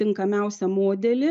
tinkamiausią modelį